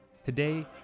Today